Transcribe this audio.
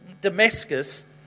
Damascus